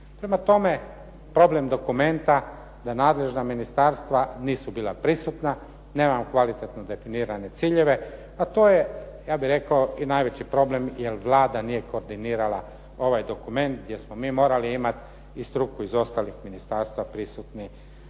Prema tome, problem dokumenta da nadležna ministarstva nisu bila prisutna, nemamo kvalitetno definirane ciljeve, a to je, ja bih rekao i najveći problem jer Vlada nije koordinirala ovaj dokument jer smo mi morali imati i struku iz ostalih ministarstva prisutni